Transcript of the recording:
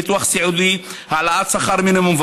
ביטוח סיעודי והעלאת שכר מינימום.